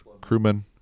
Crewman